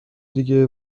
دیگه